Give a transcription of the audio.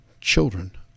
Children